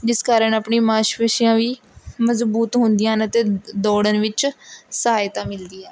ਜਿਸ ਕਾਰਨ ਆਪਣੀ ਮਾਸਪੇਸ਼ੀਆਂ ਵੀ ਮਜ਼ਬੂਤ ਹੁੰਦੀਆਂ ਹਨ ਅਤੇ ਦ ਦੌੜਨ ਵਿੱਚ ਸਹਾਇਤਾ ਮਿਲਦੀ ਹੈ